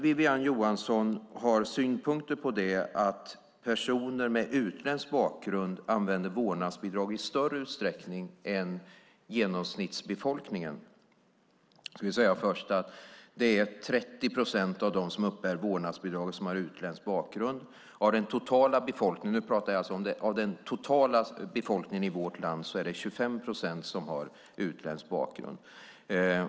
Wiwi-Anne Johansson har synpunkter på att personer med utländsk bakgrund använder vårdnadsbidrag i större utsträckning än genomsnittsbefolkningen. Då ska jag först säga att det är 30 procent av dem som uppbär vårdnadsbidrag som har utländsk bakgrund. Av den totala befolkningen i vårt land är det 25 procent som har utländsk bakgrund.